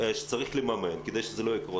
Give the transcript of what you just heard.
שצריך לממן כדי שזה לא יקרוס,